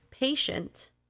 Patient